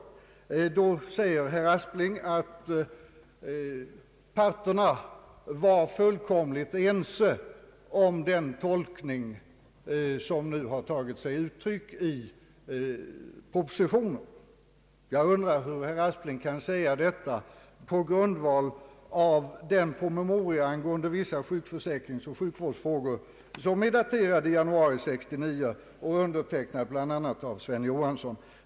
Härvidlag säger herr Aspling att parterna var fullkomligt ense om den tolkning som nu tagit sig uttryck i propositionen. Jag undrar hur herr Aspling kan säga detta på grundval av januaripromemorian angående vissa sjukförsäkringsoch sjukvårdsfrågor, undertecknad bl.a. av Sven Johansson.